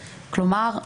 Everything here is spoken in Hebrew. כלומר,